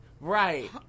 Right